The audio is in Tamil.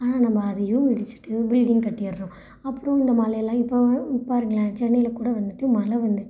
ஆனால் நம்ம அதையும் இடிச்சுட்டு பில்டிங் கட்டிடுறோம் அப்புறம் இந்த மழையெல்லாம் இப்போது பாருங்களேன் சென்னையில் கூட வந்துவிட்டு மழை வந்துச்சு